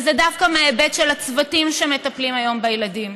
וזה דווקא מההיבט של הצוותים שמטפלים היום בילדים.